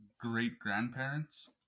great-grandparents